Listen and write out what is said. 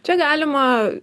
čia galima